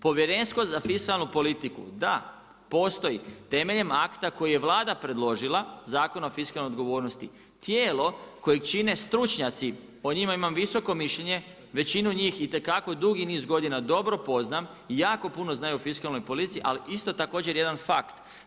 Povjerenstvo za fiskalnu politiku, da, postoji temeljem akta koji je Vlada predložila Zakon o fiskalnoj odgovornosti, tijelo kojeg čine stručnjaci, o njima imam visoko mišljenje, većinu njih itekako dugi niz godina dobro poznam i jako puno znaju o fiskalnoj politici, ali isto također jedan fakt.